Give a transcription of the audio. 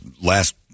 last